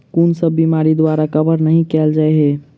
कुन सब बीमारि द्वारा कवर नहि केल जाय है?